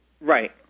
Right